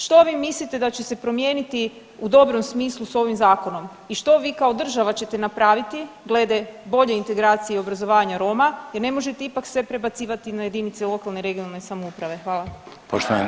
Što vi mislite da će se promijeniti u dobrom smislu s ovim zakonom i što vi kao država ćete napraviti glede bolje integracije i obrazovanja Roma jer ne možete ipak sve prebacivati na jedinice lokalne i regionalne samouprave?